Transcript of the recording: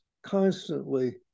constantly